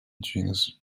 genus